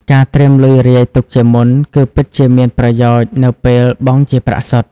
ការត្រៀមលុយរាយទុកជាមុន គឺពិតជាមានប្រយោជន៍នៅពេលបង់ជាប្រាក់សុទ្ធ។